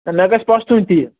مےٚ گژھِ پژھتُن تہِ یہِ